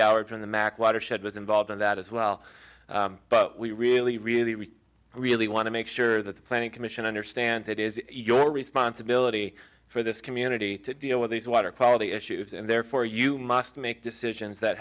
from the mac watershed was involved in that as well but we really really we really want to make sure that the planning commission understands it is your responsibility for this community to deal with these water quality issues and therefore you must make decisions that